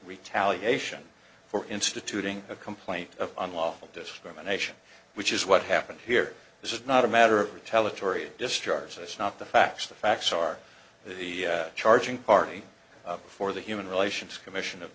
retaliation for instituting a complaint of unlawful discrimination which is what happened here this is not a matter of retaliatory discharge that's not the facts the facts are the charging party for the human relations commission of